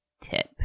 tip